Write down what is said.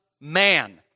man